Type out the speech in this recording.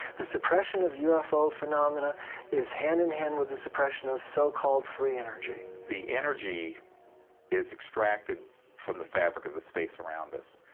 the suppression of ufo phenomena is hand in hand with the suppression of so-called free energy. the energy is extracted from the fabric of the space around us,